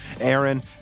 Aaron